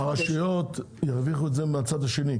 הרשויות ירוויחו את זה מהצד השני,